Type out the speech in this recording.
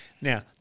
Now